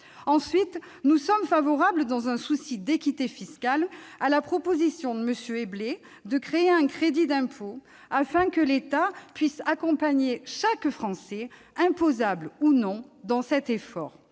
Ensuite, nous sommes favorables, dans un souci d'équité fiscale, à la proposition de M. Éblé de créer un crédit d'impôt afin que l'État puisse accompagner chaque Français, imposable ou non, dans cet effort.